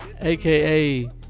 aka